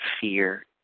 fear